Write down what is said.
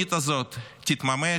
הזדונית הזאת תתממש,